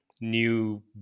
new